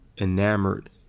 enamored